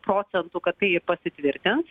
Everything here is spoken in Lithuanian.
procentų kad tai pasitvirtins